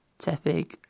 Tepig